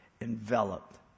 Enveloped